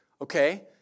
Okay